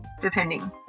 depending